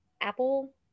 apple